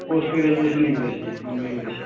post graduation English ਦੀ M A English